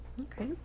Okay